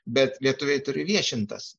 bet lietuviai turi viešintas